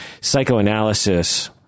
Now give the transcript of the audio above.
psychoanalysis